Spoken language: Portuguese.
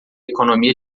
economia